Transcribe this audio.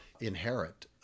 inherit